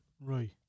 right